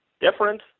different